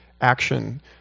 action